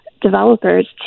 developers